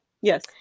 Yes